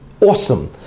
awesome